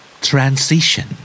Transition